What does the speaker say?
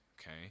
okay